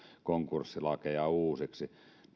konkurssilakeja uusiksi